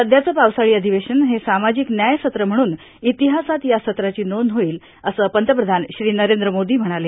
सध्याचं पावसाळी अधिवेशन हे सामाजिक न्याय सत्र म्हणून इतिहासात या सत्राची नोंद होईल असं पंतप्रधान श्री नरेंद्र मोदी म्हणाले